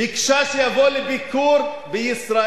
היא ביקשה שהוא יבוא לביקור בישראל,